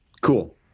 Cool